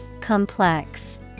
Complex